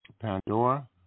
Pandora